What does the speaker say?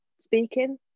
speaking